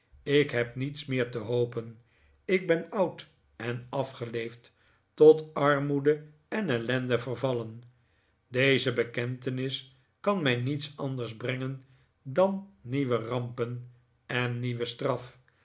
ik heb niets meer te hopen ik ben oud en afgeleefd tot armoede en ellende vervallen deze bekentenis kan mij niets anders brengen dan nieuwe rampen en nieuwe straf